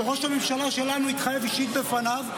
ראש הממשלה שלנו התחייב אישית בפניו,